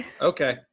Okay